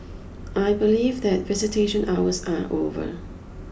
I believe that visitation hours are over